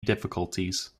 difficulties